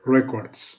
Records